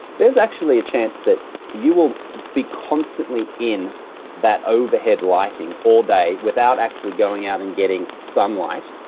there's actually a chance that you will be constantly in that overhead lighting all day without actually going out and getting sunlight,